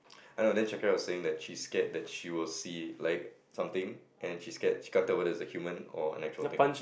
I know then Shakira was saying that she scared that she will see like something and she scared she can't tell whether it's a human or an actual thing